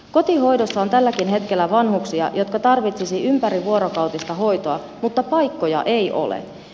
kotihoidossa on tälläkin hetkellä vanhuksia jotka tarvitsisivat ympärivuorokautista hoitoa mutta paikkoja ei ole